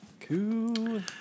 cool